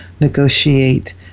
negotiate